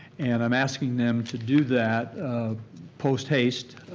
and i'm asking them to do that post-haste,